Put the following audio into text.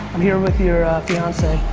i'm here with your fiance,